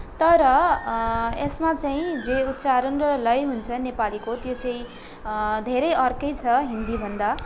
तर यसमा चाहिँ जे उच्चारण र लय हुन्छ नेपालीको त्यो चाहिँ धेरै अर्कै छ हिन्दीभन्दा